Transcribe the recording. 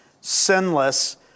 sinless